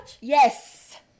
Yes